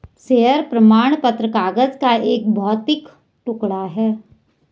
share प्रमाण पत्र कागज का एक भौतिक टुकड़ा है